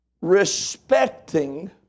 respecting